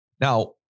Now